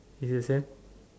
is it then